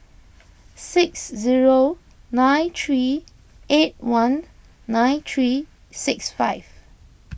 six zero nine three eight one nine three six five